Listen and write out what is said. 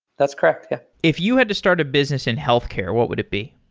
that's correct, yeah. if you had to start a business in healthcare, what would it be?